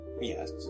yes